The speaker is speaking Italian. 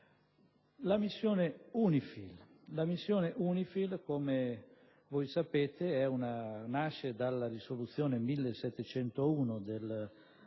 La missione UNIFIL, come voi sapete, nasce dalla risoluzione 1701 del